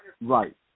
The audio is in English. Right